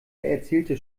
erzählte